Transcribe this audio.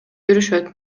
жүрүшөт